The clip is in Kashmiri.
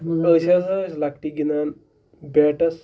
أسۍ ہَسا ٲسۍ لۄکٹہِ گِنٛدان بیٹَس